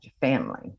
family